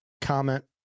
comment